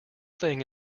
thing